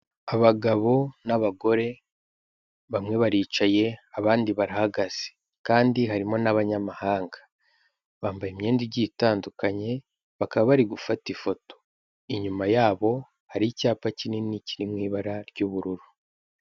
Abagabo n'abagore bamwe baricaye abandi barahagaze kandi harimo n'abanyamahanga. Bambaye imyenda igiye itandukanye bakaba bari gufata ifoto. Inyuma yabo hari icyapa kinini kiri mu ibara ry'ubururu.